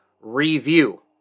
review